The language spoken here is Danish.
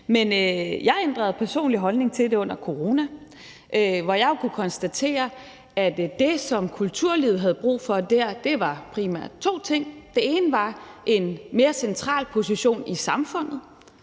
Men jeg ændrede personligt holdning til det under corona, hvor jeg jo kunne konstatere, at det, som kulturlivet havde brug for der, primært var to ting. Den ene var en mere central position i samfundet